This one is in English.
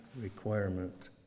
requirement